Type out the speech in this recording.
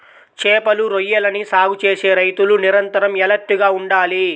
చేపలు, రొయ్యలని సాగు చేసే రైతులు నిరంతరం ఎలర్ట్ గా ఉండాలి